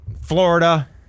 Florida